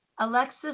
Alexis